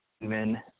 men